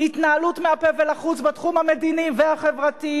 חבר הכנסת אופיר אקוניס.